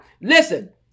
Listen